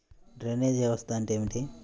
Drainage వ్యవస్థ అంటే ఏమిటి?